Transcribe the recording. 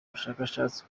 bushakashatsi